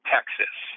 Texas